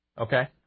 Okay